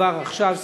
כן.